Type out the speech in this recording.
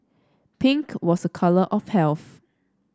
pink was a colour of health